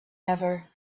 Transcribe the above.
ever